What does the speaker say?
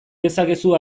dezakezu